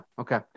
Okay